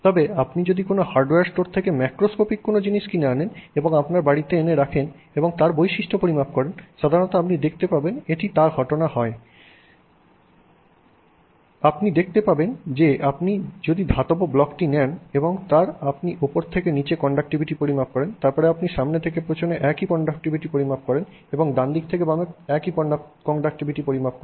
তবে আপনি যদি কোনও হার্ডওয়্যার স্টোর থেকে ম্যাক্রোস্কোপিক কোনো জিনিস কিনে থাকেন এবং আপনার বাড়িতে এনে রাখেন এবং তার বৈশিষ্ট্য পরিমাপ করেন সাধারণত আপনি দেখতে পাবেন এটি ঘটনা নয় আপনি দেখতে পাবেন যে আপনি যদি ধাতব ব্লকটি নেন এবং তারপরে আপনি উপর থেকে নীচে কন্ডাক্টিভিটি পরিমাপ করেন তারপর আপনি সামনে থেকে পিছনে একই কন্ডাক্টিভিটি পরিমাপ করেন এবং ডান থেকে বামে কন্ডাক্টিভিটি পরিমাপ করেন